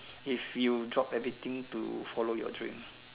if you drop everything to follow your dream